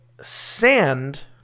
sand